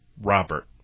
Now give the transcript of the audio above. Robert